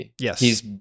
Yes